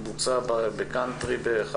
שבוצע באחד